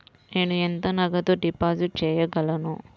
నేను ఎంత నగదు డిపాజిట్ చేయగలను?